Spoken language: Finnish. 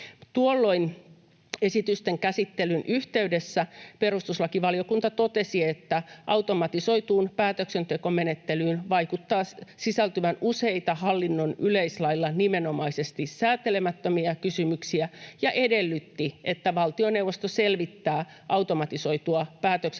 Tuolloin esitysten käsittelyn yhteydessä perustuslakivaliokunta totesi, että automatisoituun päätöksentekomenettelyyn vaikuttaa sisältyvän useita hallinnon yleislaeilla nimenomaisesti säätelemättömiä kysymyksiä, ja edellytti, että valtioneuvosto selvittää automatisoitua päätöksentekoa sääntelevän